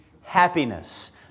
happiness